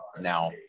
now